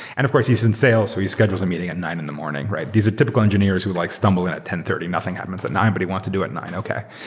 and of course, he's in sales where he scheduled meeting at nine in the morning. these are typical engineers who like stumbling at ten thirty. nothing happens at nine. but he wants to do it nine. okay.